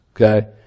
okay